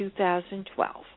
2012